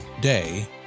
day